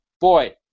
boy